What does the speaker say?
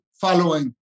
following